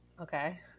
Okay